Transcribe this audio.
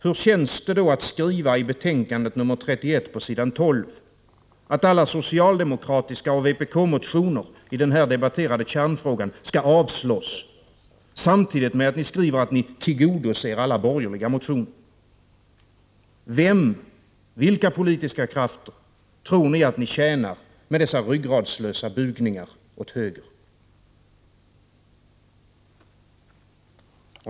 Hur känns det då att på s. 12 i socialutskottets betänkande 31 skriva att alla socialdemokratiska motioner och vpk-motioner i den här debatterade kärnfrågan skall avslås? Samtidigt skriver ni att ni tillgodoser alla borgerliga motioner. Vilka politiska krafter tror ni att ni tjänar med dessa ryggradslösa bugningar åt höger?